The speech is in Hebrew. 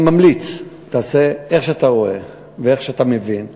אני ממליץ, תעשה איך שאתה רואה ואיך שאתה מבין,